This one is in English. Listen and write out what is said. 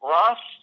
Ross